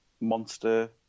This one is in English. monster